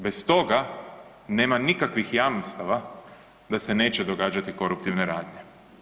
Bez toga nema nikakvih jamstava da se neće događati koruptivne radnje.